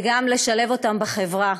וגם לשלב אותם בחברה,